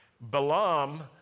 Balaam